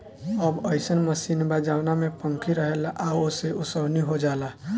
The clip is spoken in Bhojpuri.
अब अइसन मशीन बा जवना में पंखी रहेला आ ओसे ओसवनी हो जाला